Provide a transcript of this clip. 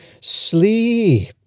Sleep